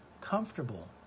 comfortable